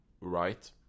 right